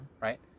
right